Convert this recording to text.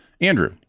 Andrew